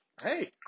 hey